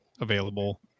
available